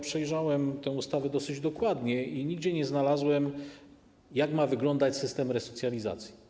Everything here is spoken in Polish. Przejrzałem tę ustawę dosyć dokładnie i nigdzie nie znalazłem, jak ma wyglądać system resocjalizacji.